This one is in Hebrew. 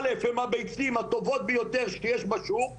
א' הם הביצים הטובות ביותר שיש בשוק,